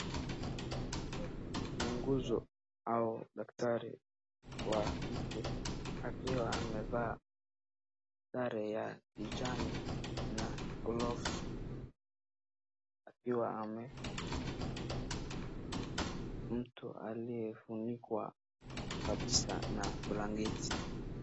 Muuguzi au daktari wa kike akiwa amevaa sare ya kijani na gloves akiwa ame, mtu aliyefunikwa kabisa na blanketi.